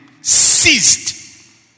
ceased